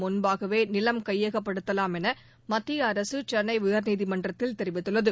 முன்பாகவே நிலம் கையகப்படுத்தலாம் என மத்திய அரசு சென்னை உயா்நீதிமன்றத்தில் தெரிவித்துள்ளது